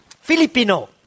Filipino